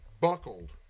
buckled